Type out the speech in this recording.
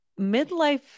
midlife